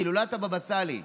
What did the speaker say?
הילולת הבבא סאלי.